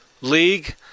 league